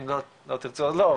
אם לא תרצו אז לא,